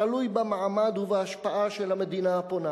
תלוי במעמד ובהשפעה של המדינה הפונה.